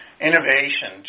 innovation